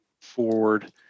forward